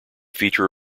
feature